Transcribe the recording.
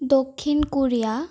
Dakshin Korea